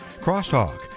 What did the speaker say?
Crosstalk